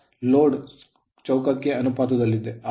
copper loss load ಚೌಕಕ್ಕೆ ಅನುಪಾತದಲ್ಲಿದೆ